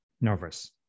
nervous